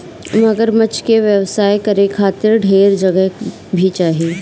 मगरमच्छ के व्यवसाय करे खातिर ढेर जगह भी चाही